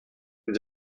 vous